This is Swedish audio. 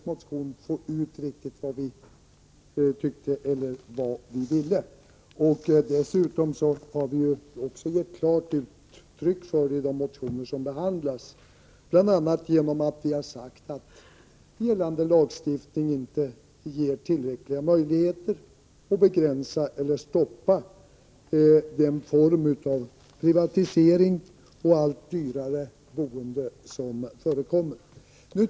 Vi har också i de motioner som behandlas gett klart uttryck för vår uppfattning. Vi har bl.a. sagt att gällande lagstiftning inte ger tillräckliga möjligheter att begränsa eller stoppa den form av privatisering och allt dyrare boende som förekommer.